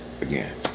again